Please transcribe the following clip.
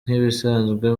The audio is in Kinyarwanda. nk’ibisanzwe